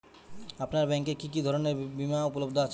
আপনার ব্যাঙ্ক এ কি কি ধরনের বিমা উপলব্ধ আছে?